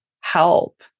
help